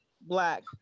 black